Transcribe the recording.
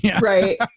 Right